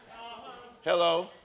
Hello